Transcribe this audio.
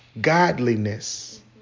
godliness